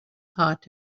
heart